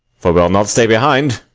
for we'll not stay behind.